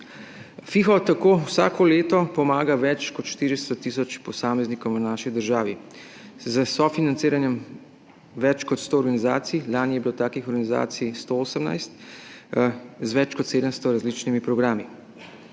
FIHO tako vsako leto pomaga več kot 400 tisoč posameznikom v naši državi s sofinanciranjem več kot sto organizacij, lani je bilo takih organizacij 118, z več kot 700 različnimi programi.